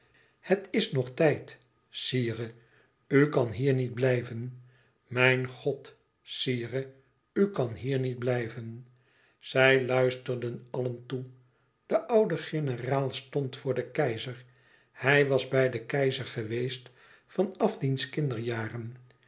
het is nog tijd sire u kan hier niet blijven mijn god sire u kan hier niet blijven zij luisterden allen toe de oude generaal stond voor den keizer hij was bij den keizer geweest van af diens kinderjaren